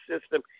system